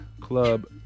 Club